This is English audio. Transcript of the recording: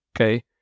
Okay